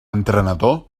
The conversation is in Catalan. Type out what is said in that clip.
entrenador